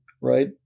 right